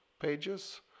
pages